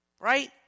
right